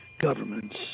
governments